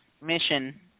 mission